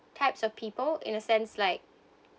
types of people in a sense like